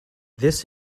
this